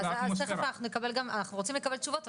אנחנו רוצים לקבל תשובות.